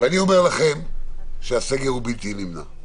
אני אומר לכם שהסגר בלתי נמנע.